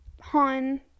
Han